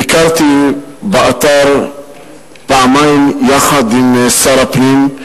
ביקרתי באתר פעמיים יחד עם שר הפנים,